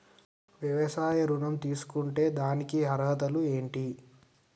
వ్యవసాయ ఋణం తీసుకుంటే దానికి అర్హతలు ఏంటి?